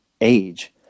age